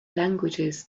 languages